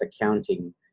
accounting